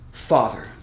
father